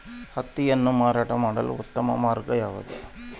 ಹತ್ತಿಯನ್ನು ಮಾರಾಟ ಮಾಡಲು ಉತ್ತಮ ಮಾರ್ಗ ಯಾವುದು?